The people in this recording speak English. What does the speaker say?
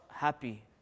Happy